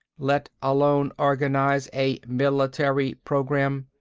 let alone organize a military program.